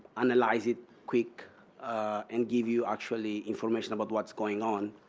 analyze it quick and give you actually information about what's going on,